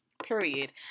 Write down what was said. period